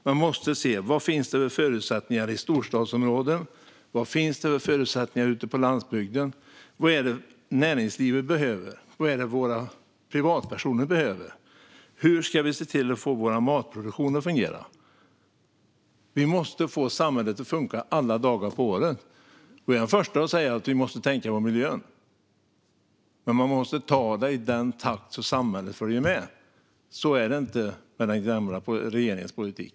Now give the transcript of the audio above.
Man måste titta på vad det finns för förutsättningar i storstadsområden respektive ute på landsbygden. Vad är det näringslivet behöver? Vad är det våra privatpersoner behöver? Hur ska vi få vår matproduktion att fungera? Vi måste få samhället att funka alla dagar på året. Jag är den första att säga att vi måste tänka på miljön. Men man måste ta det i en takt som gör att samhället följer med. Så blir det inte med den gamla regeringens politik.